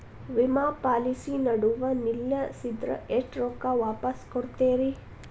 ವಿಮಾ ಪಾಲಿಸಿ ನಡುವ ನಿಲ್ಲಸಿದ್ರ ಎಷ್ಟ ರೊಕ್ಕ ವಾಪಸ್ ಕೊಡ್ತೇರಿ?